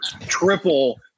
triple